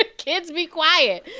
ah kids, be quiet.